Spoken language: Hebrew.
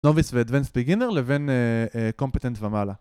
נוביס ואדוונסד בגינר לבין קומפטנט ומעלה